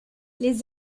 les